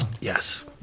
yes